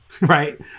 right